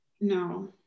no